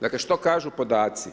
Dakle, što kažu podaci?